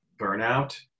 burnout